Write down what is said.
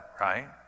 right